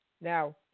Now